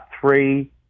three